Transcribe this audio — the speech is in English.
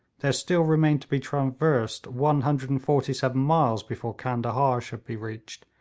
there still remained to be traversed one hundred and forty seven miles before candahar should be reached,